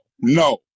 no